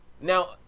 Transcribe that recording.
Now